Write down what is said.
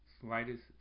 slightest